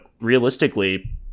realistically